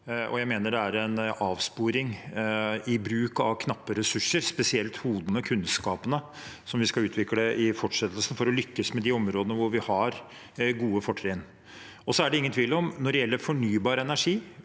jeg mener det er en avsporing i bruk av knappe ressurser, spesielt hodene og kunnskapen som vi skal utvikle i fortsettelsen, for å lykkes med de områdene der vi har gode fortrinn. Det er ingen tvil om at når det gjelder fornybar energi,